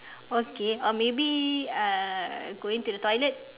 okay or maybe uh going to the toilet